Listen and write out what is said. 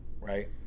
right